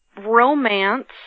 Romance